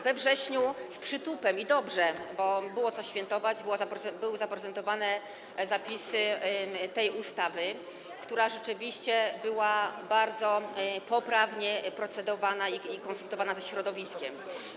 We wrześniu z przytupem - i dobrze, bo było co świętować - były zaprezentowane zapisy tej ustawy, która rzeczywiście była bardzo poprawnie procedowana i konsultowana ze środowiskiem.